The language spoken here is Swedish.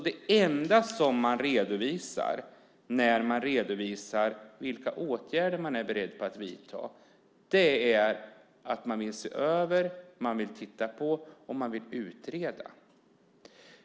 Det enda som man redovisar när man redovisar vilka åtgärder man är beredd att vidta är att man vill se över, titta på och utreda.